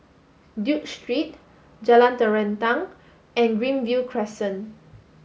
Duke Street Jalan Terentang and Greenview Crescent